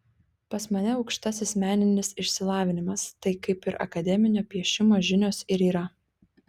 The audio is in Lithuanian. pas mane aukštasis meninis išsilavinimas tai kaip ir akademinio piešimo žinios ir yra